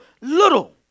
little